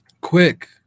Quick